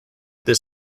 this